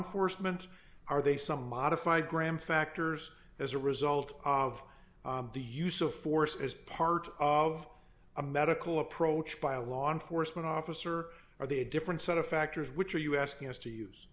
enforcement are they some modified graham factors as a result of the use of force as part of a medical approach by a law enforcement officer are they a different set of factors which are you asking us to use